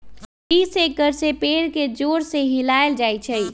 tree shaker से पेड़ के जोर से हिलाएल जाई छई